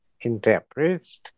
interprets